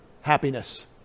happiness